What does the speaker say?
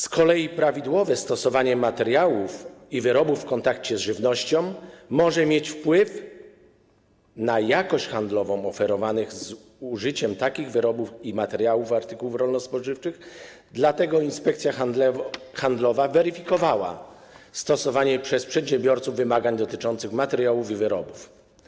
Z kolei prawidłowe stosowanie materiałów i wyrobów w kontakcie z żywnością może mieć wpływ na jakość handlową oferowanych z użyciem takich wyrobów i materiałów artykułów rolno-spożywczych, dlatego Inspekcja Handlowa weryfikowała stosowanie przez przedsiębiorców wymagań dotyczących materiałów i wyrobów.